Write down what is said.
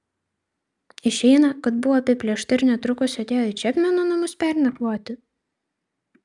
išeina kad buvo apiplėšta ir netrukus atėjo į čepmeno namus pernakvoti